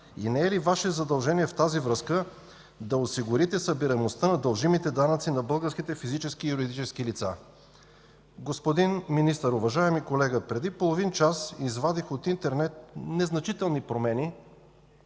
и не е ли Ваше задължение в тази връзка да осигурите събираемостта на дължимите данъци на българските физически и юридически лица? Господин Министър, уважаеми колега, преди половин час извадих от интернет страницата на